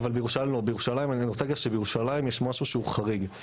אני רוצה להגיד לך שבירושלים יש משהו שהוא חריג.